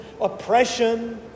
oppression